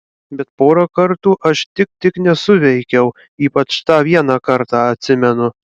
bet porą kartų aš tik tik nesuveikiau ypač tą vieną kartą atsimenu